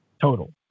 Total